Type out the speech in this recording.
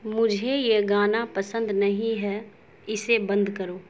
مجھے یہ گانا پسند نہیں ہے اسے بند کرو